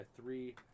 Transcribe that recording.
three